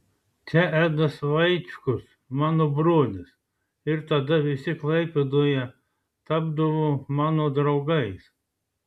čia edas vaičkus mano brolis ir tada visi klaipėdoje tapdavo mano draugais